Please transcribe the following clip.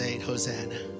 Hosanna